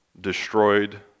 destroyed